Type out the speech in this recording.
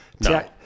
No